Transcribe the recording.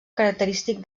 característic